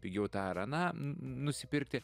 pigiau tą ar aną n nusipirkti